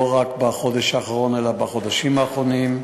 לא רק בחודש האחרון אלא בחודשים האחרונים,